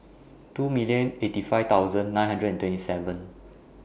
two million eighty five thousand nine hundred and twenty seven